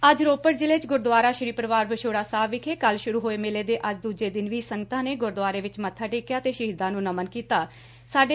ਅੱਜ ਰੋਪੜ ਜ਼ਿਲ੍ਹੇ ਚ ਗੁਰਦੁਆਰਾ ਸ੍ਰੀ ਪਰਿਵਾਰ ਵਿਛੋੜਾ ਸਾਹਿਬ ਵਿਖੇ ਕੱਲ੍ਹ ਸੁਰੂ ਹੋਏ ਮੇਲੇ ਦੇ ਅੱਜ ਦੂਜੇ ਦਿਨ ਵੀ ਸੰਗਤਾਂ ਨੇ ਗੁਰਦੁਆਰੇ ਵਿਚ ਮੱਬਾ ਟੇਕਿਆ ਡੇ ਸ਼ਹੀਦਾ ਨੂੰ ਨਮਨ ਕੀਡਾ